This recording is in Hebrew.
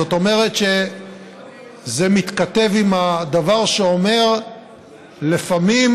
זאת אומרת שזה מתכתב עם הדבר שאומר שלפעמים